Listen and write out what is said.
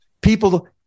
people